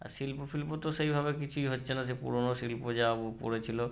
আর শিল্প ফিল্প তো সেইভাবে কিছুই হচ্ছে না সে পুরনো শিল্প যা পড়ে ছিলো